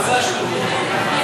סויד.